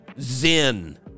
Zen